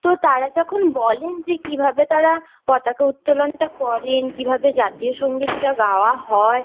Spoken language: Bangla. তো তারা যখন বলেন যে কীভাবে তারা পতাকা উত্তোলনটা করেন কীভাবে জাতীয় সংগীতটা গাওয়া হয়